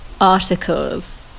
articles